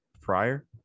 prior